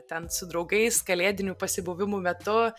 ten su draugais kalėdinių pasibuvimų metu